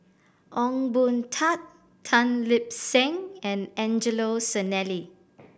Ong Boon Tat Tan Lip Seng and Angelo Sanelli